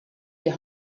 die